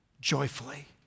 joyfully